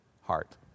heart